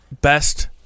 best